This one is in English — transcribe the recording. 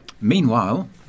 Meanwhile